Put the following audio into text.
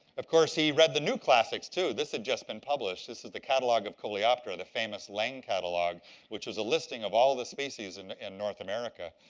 of course, he read the new classics too. this had just been published. this is the catalog of coleoptera the famous lang catalog which was a listing of all the species and in north america.